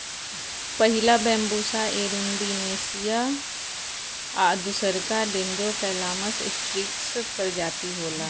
पहिला Bambusa arundinacea आ दूसरका डेन्ड्रोकैलामस स्ट्रीक्ट्स प्रजाति होला